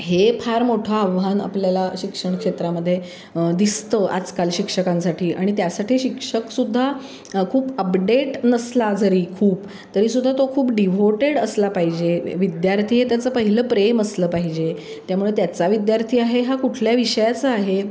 हे फार मोठं आव्हान आपल्याला शिक्षण क्षेत्रामध्ये दिसतं आजकाल शिक्षकांसाठी आणि त्यासाठी शिक्षक सुद्धा खूप अपडेट नसला जरी खूप तरी सुद्धा तो खूप डिव्होटेड असला पाहिजे विद्यार्थी हे त्याचं पहिलं प्रेम असलं पाहिजे त्यामुळे त्याचा विद्यार्थी आहे हा कुठल्या विषयाचा आहे